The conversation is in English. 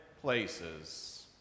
places